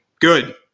good